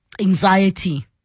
anxiety